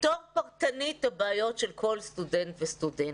לפתור פרטנית את הבעיות של כל סטודנט וסטודנט.